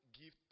give